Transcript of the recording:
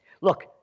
Look